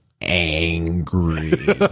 angry